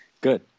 good